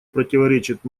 противоречит